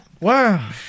wow